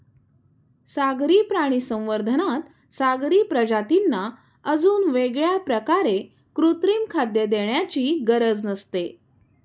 सागरी प्राणी संवर्धनात सागरी प्रजातींना अजून वेगळ्या प्रकारे कृत्रिम खाद्य देण्याची गरज नसते